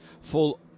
full